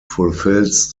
fulfills